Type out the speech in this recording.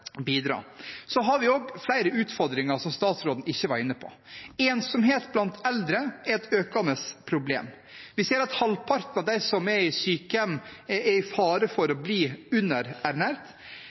Vi har også flere utfordringer som statsråden ikke var inne på. Ensomhet blant eldre er et økende problem. Vi ser at halvparten av dem som er i sykehjem, står i fare for å bli underernært.